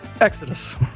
Exodus